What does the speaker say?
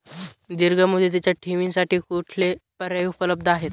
दीर्घ मुदतीच्या ठेवींसाठी कुठले पर्याय उपलब्ध आहेत?